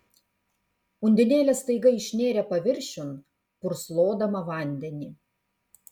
undinėlė staiga išnėrė paviršiun purslodama vandenį